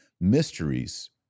mysteries